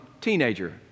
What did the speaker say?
teenager